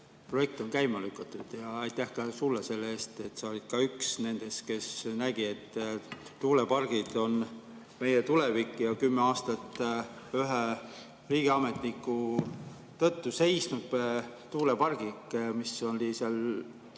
projekt on käima lükatud. Aitäh ka sulle selle eest! Sa olid ka üks nendest, kes nägi, et tuulepargid on meie tulevik, ja kümme aastat ühe riigiametniku tõttu seisnud tuulepargid, mis olid seal